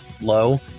low